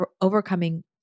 overcoming